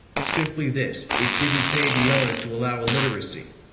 simply this it didn't pay the owners to allow illiteracy!